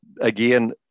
Again